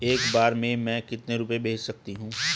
एक बार में मैं कितने रुपये भेज सकती हूँ?